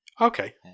Okay